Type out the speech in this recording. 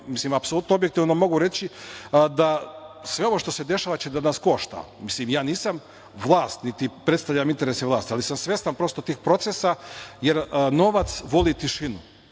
apsolutno objektivno mogu reći da sve ovo što se dešava će da nas košta. Ja nisam vlast, niti predstavljam interese vlasti, ali sam svestan tih procesa, jer novac voli tišinu,